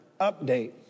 update